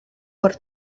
per